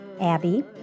Abby